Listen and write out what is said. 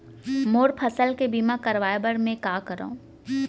मोर फसल के बीमा करवाये बर में का करंव?